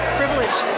privilege